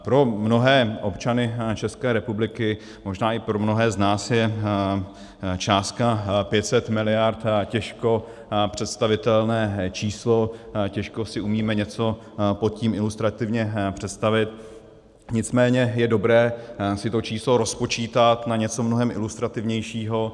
Pro mnohé občany České republiky, možná i pro mnohé z nás je částka 500 miliard těžko představitelné číslo, těžko si umíme něco pod tím ilustrativně představit, nicméně je dobré si to číslo rozpočítat na něco mnohem ilustrativnějšího.